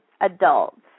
adults